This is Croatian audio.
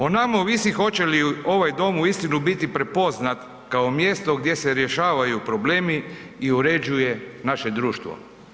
O nama ovisi hoće li ovaj dom uistinu biti prepoznat kao mjesto gdje se rješavaju problemi i uređuje naše društvo.